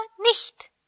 nicht